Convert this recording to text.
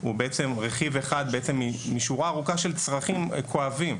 הוא בעצם רכיב אחד משורה ארוכה של צרכים כואבים.